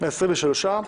העשרים ושלוש,